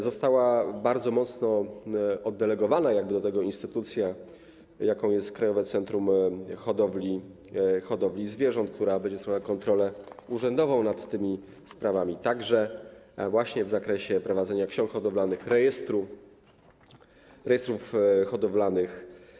Została bardzo mocno oddelegowana do tego instytucja, jaką jest Krajowe Centrum Hodowli Zwierząt, która będzie sprawowała kontrolę urzędową nad tymi sprawami, także właśnie w zakresie prowadzenia ksiąg hodowlanych, rejestrów hodowlanych.